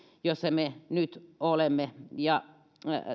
jossa me nyt olemme